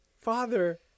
father